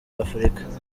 afurika